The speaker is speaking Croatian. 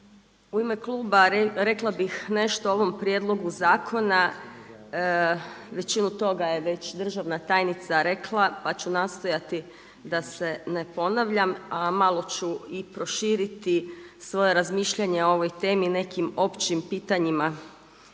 U ime kluba rekla bih nešto o ovom prijedlogu zakona, većinu toga je državna tajnica već rekla pa ću nastojati da se ne ponavljam, a malo ću i proširiti svoja razmišljanja o ovoj temi nekim općim pitanjima